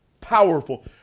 powerful